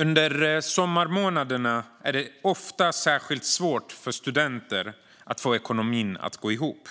Under sommarmånaderna är det ofta särskilt svårt för studenter att få ekonomin att gå ihop.